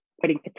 putting